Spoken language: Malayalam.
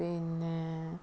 പിന്നെ